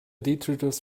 detritus